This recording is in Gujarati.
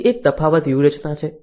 બીજી એક તફાવત વ્યૂહરચના છે